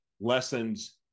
lessons